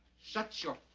shut your